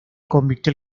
convirtió